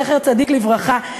זכר צדיק לברכה,